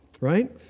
right